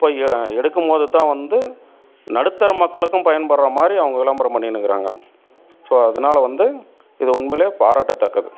போய் எடுக்கும் போதுதான் வந்து நடுத்தர மக்களுக்கும் பயன்படுறமாரி அவங்க விளம்பரம் பண்ணின்னுக்குறாங்க ஸோ அதனால வந்து இது உண்மையில் பாராட்டதக்கது